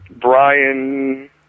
Brian